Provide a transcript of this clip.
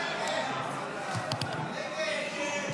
בדבר הפחתת תקציב לא נתקבלו.